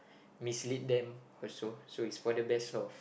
mislead them also so it's for the best of